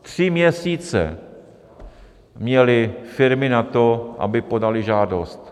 Tři měsíce měly firmy na to, aby podaly žádost.